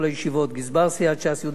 גזבר סיעת ש"ס יהודה אוחנה,